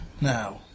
Now